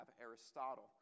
Aristotle